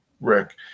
Rick